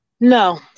no